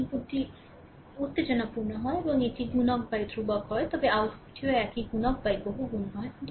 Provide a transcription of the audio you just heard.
যদি ইনপুটটি উত্তেজনাপূর্ণ হয় এবং এটি গুণক ধ্রুবক হয় তবে আউটপুটটিও একই গুণক বহুগুণ হয়